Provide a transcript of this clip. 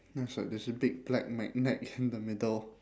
it's like there's a big black magnet in the middle